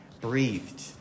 breathed